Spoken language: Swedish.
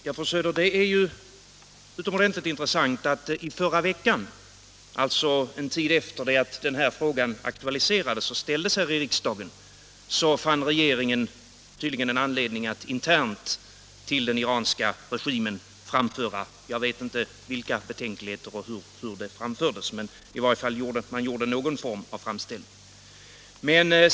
Herr talman! Ja, fru Söder, det är utomordentligt intressant att i förra veckan, alltså en tid efter det att den här frågan aktualiserades och ställdes här i riksdagen, fann regeringen tydligen en anledning att internt till den iranska regimen framföra vissa betänkligheter — jag vet inte vilka och hur de framfördes, men man gjorde i varje fall någon form av framställning.